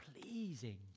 pleasing